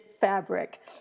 fabric